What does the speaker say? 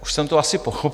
Už jsem to asi pochopil.